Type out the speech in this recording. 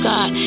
God